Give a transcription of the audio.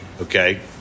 okay